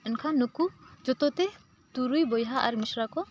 ᱮᱱᱠᱷᱟᱱ ᱱᱩᱠᱩ ᱡᱚᱛᱚ ᱛᱮ ᱛᱩᱨᱩᱭ ᱵᱚᱭᱦᱟ ᱟᱨ ᱢᱤᱥᱨᱟ ᱠᱚ